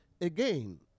again